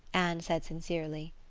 anne said sincerely.